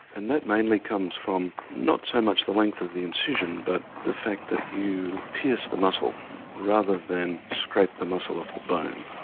and that mainly comes from not so much the length of the incision but the fact that you pierce the muscle rather than scrape the muscle off the bone.